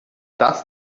das